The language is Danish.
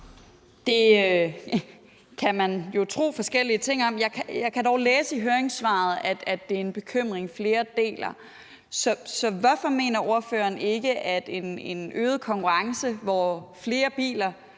Det kan man jo tro forskellige ting om. Jeg kan dog læse i høringssvaret, at det er en bekymring, flere deler. Så hvorfor føler ordføreren sig sikker på, at en øget konkurrence, hvor flere biler